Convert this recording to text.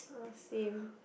same